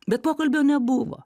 bet pokalbio nebuvo